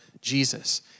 Jesus